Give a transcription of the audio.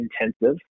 intensive